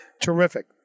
terrific